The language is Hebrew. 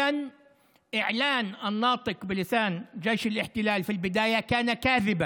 אם כן, פרסום דובר צה"ל הכובש בהתחלה היה שקרי,